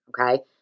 okay